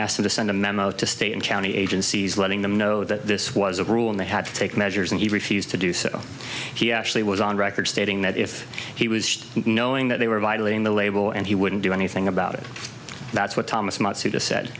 asked him to send a memo to state and county agencies letting them know that this was a rule and they had to take measures and he refused to do so he actually was on record stating that if he was knowing that they were violating the label and he wouldn't do anything about it that's what thomas matsuda